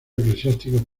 eclesiásticos